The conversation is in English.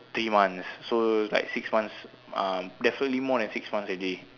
three months so like six months uh definitely more than six months already